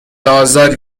آزار